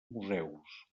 museus